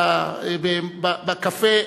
בקפה,